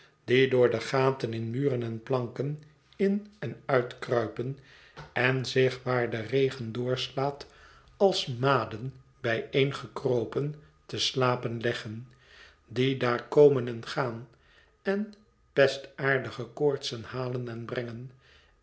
die door de gaten in muren en planken in en uitkruipen en zich waar de regen doorslaat als maden bijeengekropen te slapen leggen die daar komen en gaan en pestaardige koortsen halen en brengen